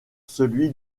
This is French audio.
celui